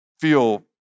feel